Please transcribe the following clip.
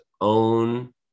own